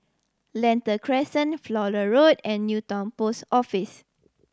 Lentor Crescent Flower Road and Newton Post Office